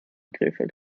krefeld